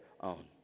own